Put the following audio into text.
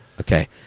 Okay